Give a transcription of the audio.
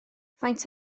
faint